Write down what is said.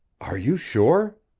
are you sure?